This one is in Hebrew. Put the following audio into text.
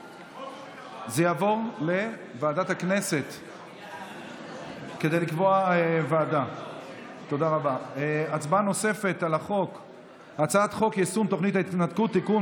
36. אני מודיע בזאת שהצעת חוק יישום תוכנית ההתנתקות (תיקון,